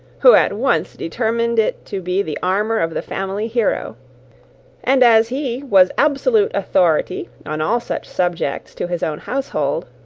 who at once determined it to be the armour of the family hero and as he was absolute authority on all such subjects to his own household,